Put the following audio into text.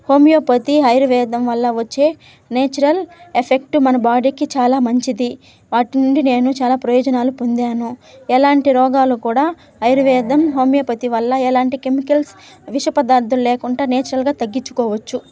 homeopathy ఆయుర్వేదం వల్ల వచ్చే నేచురల్ ఎఫెక్ట్ మన బాడీకి చాలా మంచిది వాటి నుండి నేను చాలా ప్రయోజనాలు పొందాను ఎలాంటి రోగాలు కూడా ఆయుర్వేదం హోమియోపతి వల్ల ఎలాంటి కెమికల్స్ విష పదార్థాలు లేకుండా నేచురల్గా తగ్గించుకోవచ్చు